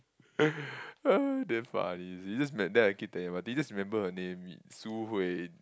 damn funny you see this Matt then I keep telling Martin just remember her name Su-Hui